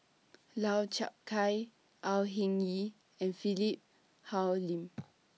Lau Chiap Khai Au Hing Yee and Philip Hoalim